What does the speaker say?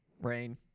Rain